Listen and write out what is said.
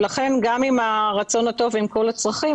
לכן גם עם הרצון הטוב וכל הצרכים,